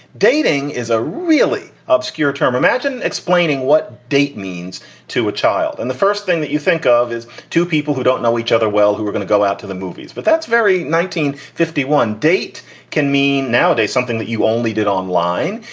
dating is a really obscure obscure term. imagine explaining what date means to a child. and the first thing that you think of is to people who don't know each other well, who are going to go out to the movies. but that's very. nineteen fifty one date can mean nowadays something that you only did online.